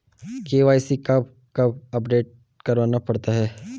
KYC कब कब update करवाना पड़ता है?